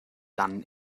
dann